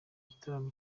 igitaramo